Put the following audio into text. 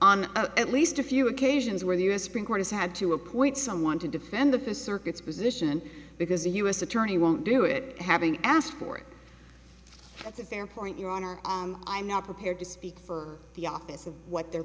on at least a few occasions where the u s supreme court has had to appoint someone to defend the for circuits position because a u s attorney won't do it having asked for it that's a fair point your honor i'm not prepared to speak for the office of what their